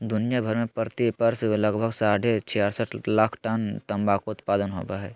दुनिया भर में प्रति वर्ष लगभग साढ़े छियासठ लाख टन तंबाकू उत्पादन होवई हई,